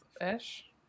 fish